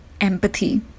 empathy